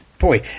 Boy